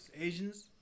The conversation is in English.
Asians